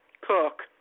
cook